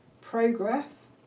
progress